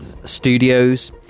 studios